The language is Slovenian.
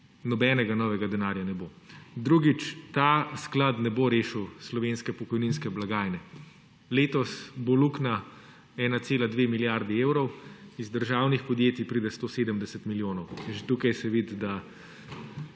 nobenega novega denarja ne bo. Drugič, ta sklad ne bo rešil slovenske pokojninske blagajne. Letos bo luknja 1,2 milijarde evrov, iz državnih podjetij pride 170 milijonov. In že tu se vidi, da